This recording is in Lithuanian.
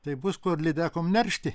tai bus ko ir lydekom neršti